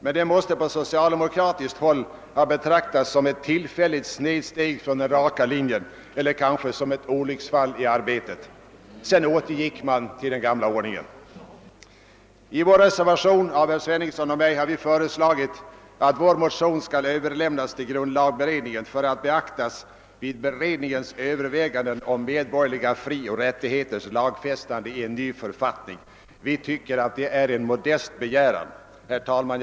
Men det måste på socialdemokratiskt håll ha betraktats som ett tillfälligt snedsteg från den raka linjen eller kanske som ett olycksfall i arbetet. Sedan återgick man till den gamla ordningen. I herr Sveningssons och min reservation har vi föreslagit att de i detta ärende väckta motionerna överlämnas till grundlagberedningen för att beaktas vid beredningens överväganden om medborgerliga frioch rättigheters lagfästande i en ny författning. Vi tycker att detta är en modest begäran. Herr talman!